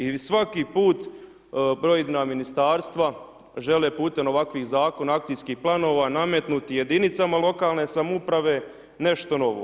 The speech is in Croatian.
I svaki put pojedina ministarstva žele putem ovakvih zakona akcijskih planova nametnuti jedinicama lokalne samouprave nešto novo.